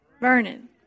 Vernon